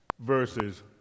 Verses